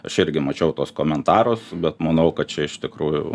aš irgi mačiau tuos komentarus bet manau kad čia iš tikrųjų